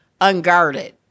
Unguarded